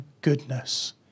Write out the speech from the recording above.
goodness